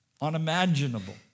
Unimaginable